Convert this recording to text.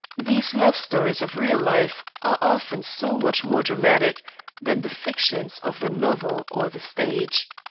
these love stories of real life are often so much more dramatic than the fictions of the novel or the stage.